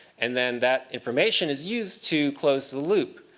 and then that information is used to close the loop,